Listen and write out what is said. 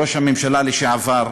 ראש הממשלה לשעבר,